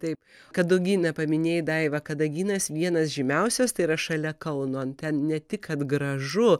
taip kadugyną paminėjai daiva kadagynas vienas žymiausias tai yra šalia kauno ten ne tik kad gražu